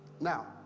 Now